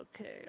Okay